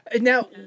Now